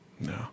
no